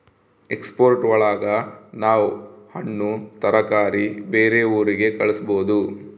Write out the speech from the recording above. export ಒಳಗ ನಾವ್ ಹಣ್ಣು ತರಕಾರಿ ಬೇರೆ ಊರಿಗೆ ಕಳಸ್ಬೋದು